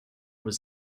was